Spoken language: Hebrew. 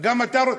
גם אתה רוצה,